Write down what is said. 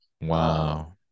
Wow